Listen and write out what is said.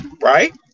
Right